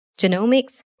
genomics